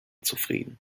zufrieden